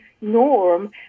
norm